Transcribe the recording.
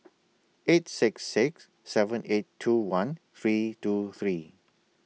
eight six six seven eight two one three two three